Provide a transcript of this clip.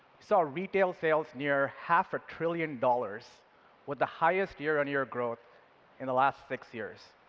so retail sales near half a trillion dollars with the highest year on year growth in the last six years.